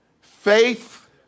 faith